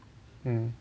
mm